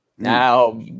Now